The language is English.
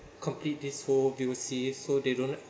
complete this whole V_O_C so they don't